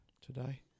today